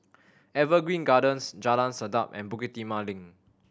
Evergreen Gardens Jalan Sedap and Bukit Timah Link